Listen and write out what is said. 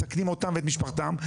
מסכנים אותם ואת משפחתם,